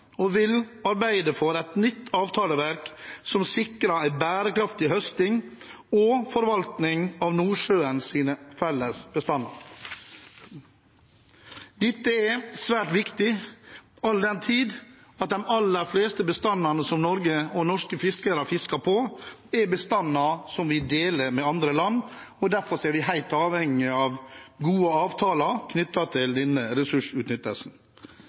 og vil arbeide for et nytt avtaleverk som sikrer en bærekraftig høsting og forvaltning av Nordsjøens fellesbestander. Dette er svært viktig, all den tid de aller fleste bestandene som Norge og norske fiskere fisker på, er bestander som vi deler med andre land. Derfor er vi helt avhengige av gode avtaler knyttet til denne ressursutnyttelsen.